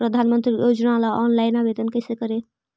प्रधानमंत्री योजना ला ऑनलाइन आवेदन कैसे करे?